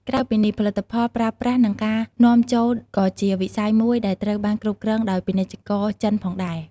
ក្រៅពីនេះ ផលិតផលប្រើប្រាស់និងការនាំចូលក៏ជាវិស័យមួយដែលត្រូវបានគ្រប់គ្រងដោយពាណិជ្ជករចិនផងដែរ។